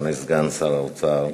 אדוני סגן שר האוצר,